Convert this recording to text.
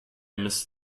missed